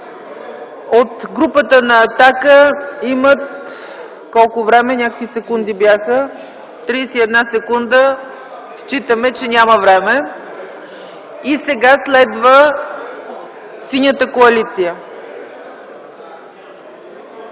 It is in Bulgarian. От групата на „Атака” имат – колко време? Някакви секунди бяха – 31 секунди. Считаме, че няма време. И сега следва Синята коалиция.